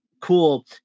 cool